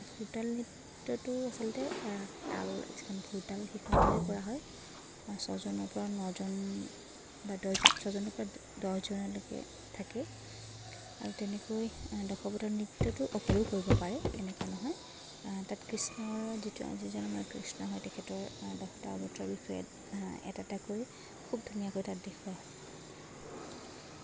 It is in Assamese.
ভোৰতাল নৃত্যটো আচলতে তাল যিখন ভোৰতাল সেইখন লৈয়ে কৰা হয় ছয়জনৰ পৰা নজন বা দহজন ছয়জনৰ পৰা দহ জনলৈকে থাকে আৰু তেনেকৈ দশৱতাৰ নৃত্যটো অকলেও কৰিব পাৰে এনেকুৱা নহয় তাত কৃষ্ণৰ যিজনে মানে কৃষ্ণ হয় তেখেতৰ দহটা অৱতাৰৰ বিষয়ে এটা এটাকৈ খুব ধুনীয়াকৈ তাত দেখুওৱা হয়